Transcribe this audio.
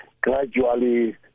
gradually